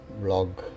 blog